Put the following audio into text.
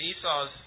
Esau's